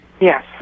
Yes